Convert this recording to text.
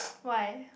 why